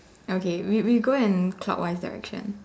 okay we we go in clockwise direction